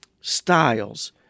styles